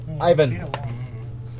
Ivan